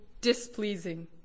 displeasing